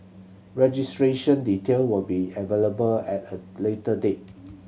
registration detail will be available at a later date